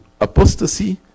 apostasy